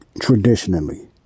traditionally